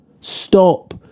Stop